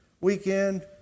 weekend